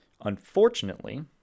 unfortunately